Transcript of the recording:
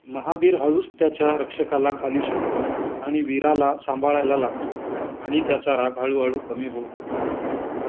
महाबीर हळूच त्याच्या रक्षकाला खाली सोडतो आणि विराला सांभाळायला लागतो आणि त्याचा राग हळूहळू कमी होतो